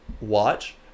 watch